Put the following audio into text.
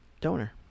donor